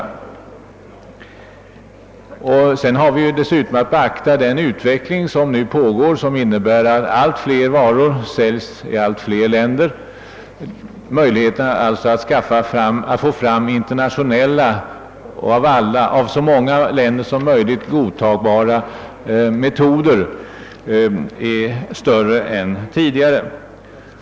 Dessutom har vi att beakta den utveckling som ju pågår och som innebär, att allt fler varor säljs i allt fler länder. Möjligheterna att få fram internationella och av så många länder som möjligt godtagbara metoder är alltså större än tidigare.